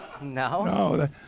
No